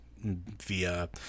via